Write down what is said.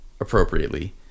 appropriately